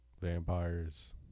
vampires